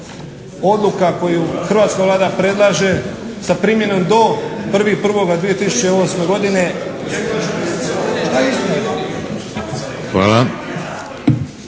Odluka koju hrvatska Vlada predlaže sa primjenom do 1.1.2008. godine.